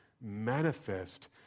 manifest